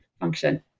function